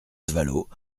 vallaud